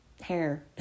hair